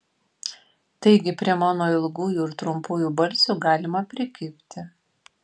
taigi prie mano ilgųjų ir trumpųjų balsių galima prikibti